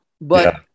but-